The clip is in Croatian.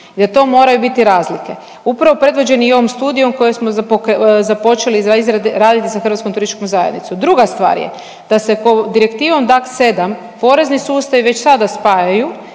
jer to moraju biti razlike upravo predvođeni i ovom studijom koju smo započeli raditi sa Hrvatskom turističkom zajednicom. Druga stvar je da se Direktivom DAC7 porezni sustavi već sada spajaju